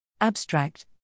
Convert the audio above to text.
Abstract